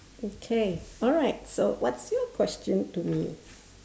okay alright so what's your question to me